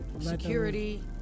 security